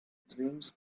dreams